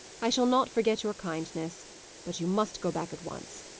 i shall not forget your kindness but you must go back at once.